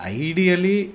ideally